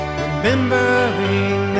Remembering